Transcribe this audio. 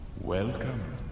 Welcome